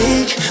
Take